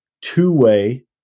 two-way